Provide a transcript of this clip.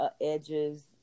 edges